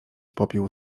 popiół